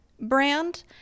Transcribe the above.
brand